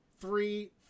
Three